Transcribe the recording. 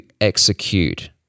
execute